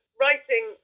writing